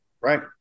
Right